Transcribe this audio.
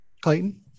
Clayton